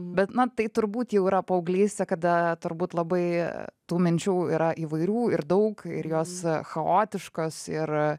bet na tai turbūt jau yra paauglystė kada turbūt labai tų minčių yra įvairių ir daug ir jos chaotiškos ir